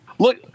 Look